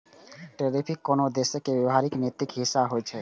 tariff कोनो देशक व्यापारिक नीतिक हिस्सा होइ छै